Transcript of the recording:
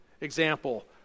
example